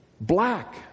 black